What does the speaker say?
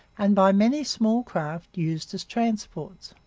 and by many small craft used as transports.